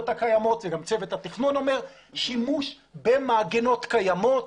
הקיימות גם צוות התכנון אומר את זה ושימוש במעגנות קיימות.